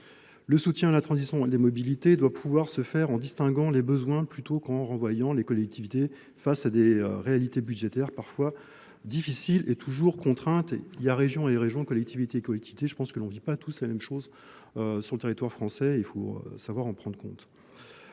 Le soutien à la transition et à la mobilité doit pouvoir se faire en distinguant les besoins plutôt qu'en renvoyant les collectivités face à des réalités budgétaires parfois difficiles et toujours contrainte. Il y a région les régions, collectivités et collective. Je pense que l'on vit pas tous la même chose euh sur le territoire français il faut savoir en prendre compte